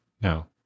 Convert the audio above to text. No